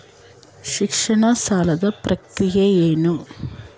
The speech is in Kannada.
ಶಿಕ್ಷಣ ಸಾಲದ ಪ್ರಕ್ರಿಯೆ ಏನು?